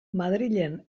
madrilen